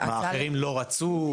אחרים לא רצו?